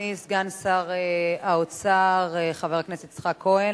אדוני סגן שר האוצר חבר הכנסת יצחק כהן.